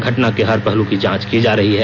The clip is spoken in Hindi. घटना के हर पहलू की जांच की जा रही है